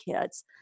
kids